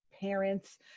parents